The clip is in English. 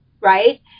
right